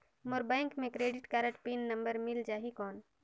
मोर bank मे credit card PIN number मिल जाहि कौन?